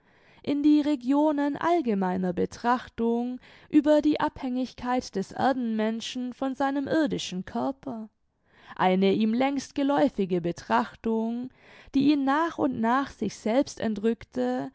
in die regionen allgemeiner betrachtung über die abhängigkeit des erdenmenschen von seinem irdischen körper eine ihm längst geläufige betrachtung die ihn nach und nach sich selbst entrückte